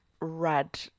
red